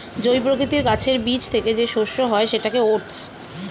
জই প্রকৃতির গাছের বীজ থেকে যে শস্য হয় সেটাকে ওটস